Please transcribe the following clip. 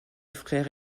frère